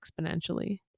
exponentially